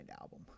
album